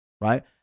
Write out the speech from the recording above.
Right